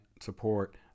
support